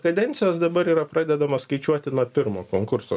kadencijos dabar yra pradedamos skaičiuoti nuo pirmo konkurso